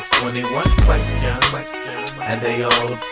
twenty one questions and they all